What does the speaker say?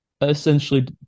essentially